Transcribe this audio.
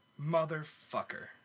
Motherfucker